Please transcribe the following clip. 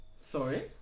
sorry